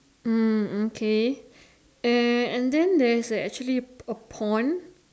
mm okay uh and then there is a actually a pond